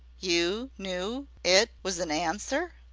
you knew it was an answer?